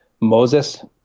Moses